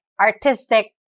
artistic